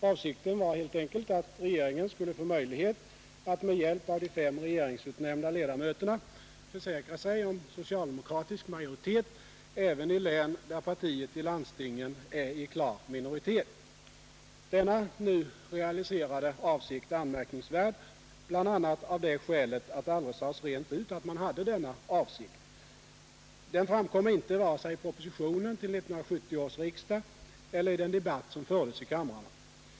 Avsikten var helt enkelt att regeringen skulle få möjlighet att med hjälp av de fem regeringsutnämnda ledamöterna försäkra sig om socialdemokratisk majoritet även i län där partiet i landstingen är i klar minoritet. Denna nu realiserade avsikt är anmärkningsvärd, bl.a. av det skälet att det aldrig sades ut att man hade den avsikten. Den framkom inte vare sig i propositionen till 1970 års riksdag eller i den debatt som fördes i kamrarna.